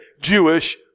Jewish